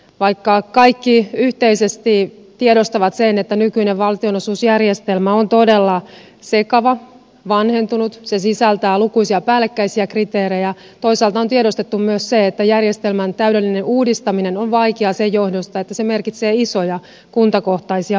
vaikka kaikki yhteisesti tiedostavat sen että nykyinen valtionosuusjärjestelmä on todella sekava ja vanhentunut ja sisältää lukuisia päällekkäisiä kriteerejä toisaalta on tiedostettu myös se että järjestelmän täydellinen uudistaminen on vaikeaa sen johdosta että se merkitsee isoja kuntakohtaisia muutoksia